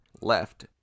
left